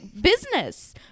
business